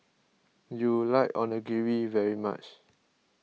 you like Onigiri very much